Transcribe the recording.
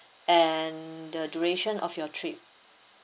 and the duration of your trip